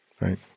right